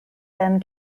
them